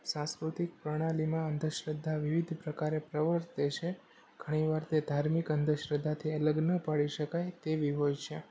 સાસંકૃતિક પ્રણાલીમાં અંધશ્રદ્ધા વિવિધ પ્રકારે પ્રવર્તે છે ઘણી વાર તે ધાર્મિક અંધશ્રદ્ધાથી અલગ ના પાડી શકાય તેવી હોય છે